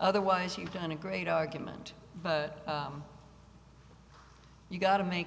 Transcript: otherwise you've done a great argument but you've got to make